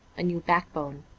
a new backbone,